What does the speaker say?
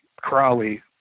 Crowley